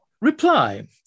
Reply